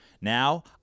Now